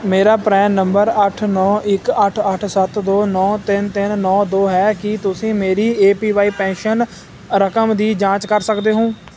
ਮੇਰਾ PRAN number ਅੱਠ ਨੌ ਇੱਕ ਅੱਠ ਅੱਠ ਸੱਤ ਦੋ ਨੌ ਤਿੰਨ ਤਿੰਨ ਨੌ ਦੋ ਹੈ ਕੀ ਤੁਸੀਂ ਮੇਰੀ ਏ ਪੀ ਵਾਈ ਪੈਨਸ਼ਨ ਰਕਮ ਦੀ ਜਾਂਚ ਕਰ ਸਕਦੇ ਹੋ